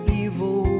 evil